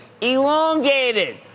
elongated